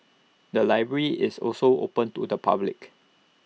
the library is also open to the public